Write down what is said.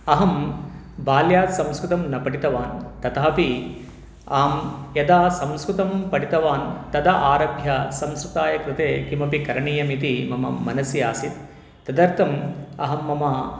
अहं बाल्यात् संस्कृतं न पठितवान् तथापि अहं यदा संस्कृतं पठितवान् तदा आरभ्य संस्कृताय कृते किमपि करणीयमिति मम मनसि आसीत् तदर्थम् अहं मम